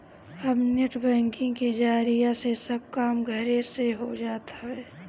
अब net banking के जरिया से सब काम घरे से हो जात बाटे